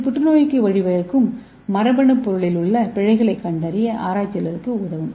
இது புற்றுநோய்க்கு வழிவகுக்கும் மரபணுப் பொருளில் உள்ள பிழைகளைக் கண்டறிய ஆராய்ச்சியாளர்களுக்கு உதவும்